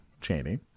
cheney